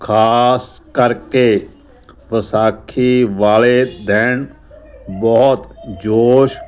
ਖਾਸ ਕਰਕੇ ਵਿਸਾਖੀ ਵਾਲੇ ਦਿਨ ਬਹੁਤ ਜੋਸ਼